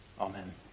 Amen